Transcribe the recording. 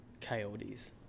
coyotes